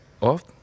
off